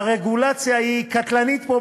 והרגולציה היא קטלנית פה,